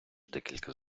декілька